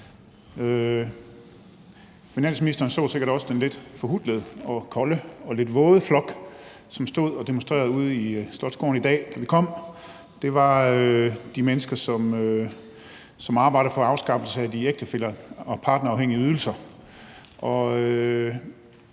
Finansministeren så sikkert også den lidt forhutlede og frysende og lidt våde flok, som stod og demonstrerede ude i Slotsgården i dag, da vi kom. Det var de mennesker, som arbejder for at afskaffe de ægtefælle- og partnerafhængige ydelser.